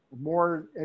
more